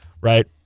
right